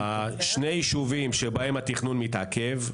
שני היישובים שבהם התכנון מתעכב,